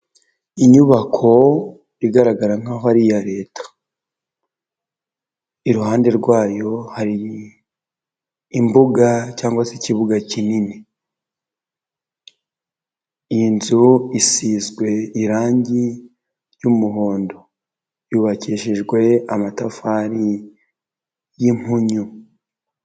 Inyubako igaragara nk'aho ari iya leta iruhande rwayo hari imbuga cyangwa se ikibuga kinini, inzu isize irangi ry'umuhondo ryubakishijwe amatafari y'impunyu.